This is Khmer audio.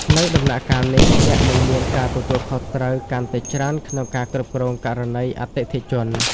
នៅដំណាក់កាលនេះ អ្នកនឹងមានការទទួលខុសត្រូវកាន់តែច្រើនក្នុងការគ្រប់គ្រងករណីអតិថិជន។